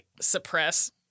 suppress